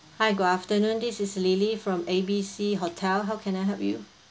hi good afternoon this is lily from A B C hotel how can I help you